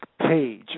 page